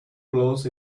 blows